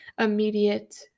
immediate